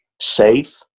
safe